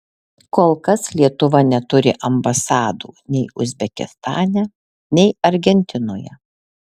kol kas lietuva neturi ambasadų nei uzbekistane nei argentinoje